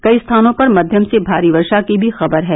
कई स्थानों पर मध्यम से भारी वर्शा की भी खबर है